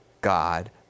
God